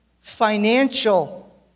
financial